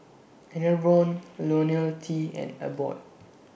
Enervon Ionil T and Abbott